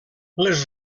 les